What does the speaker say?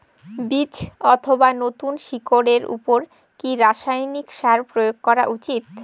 বীজ অথবা নতুন শিকড় এর উপর কি রাসায়ানিক সার প্রয়োগ করা উচিৎ?